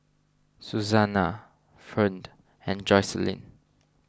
Susanna Ferne and Jocelyne